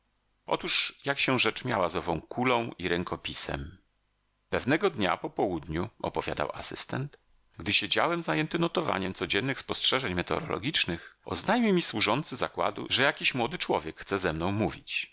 otóż jak się rzecz miała z ową kulą i rękopisem pewnego dnia popołudniu opowiadał asystent gdy siedziałem zajęty notowaniem codziennych spostrzeżeń meteorologicznych oznajmił mi służący zakładu że jakiś młody człowiek chce ze mną mówić